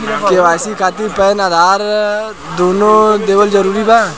KYC खातिर PAN आउर आधार दुनों देवल जरूरी बा?